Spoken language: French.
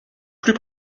plus